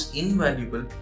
invaluable